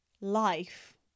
life